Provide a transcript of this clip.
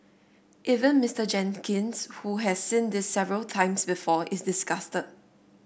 even Mister Jenkins who has seen this several times before is disgusted